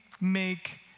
make